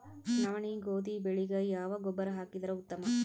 ನವನಿ, ಗೋಧಿ ಬೆಳಿಗ ಯಾವ ಗೊಬ್ಬರ ಹಾಕಿದರ ಉತ್ತಮ?